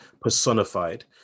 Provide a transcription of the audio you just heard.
personified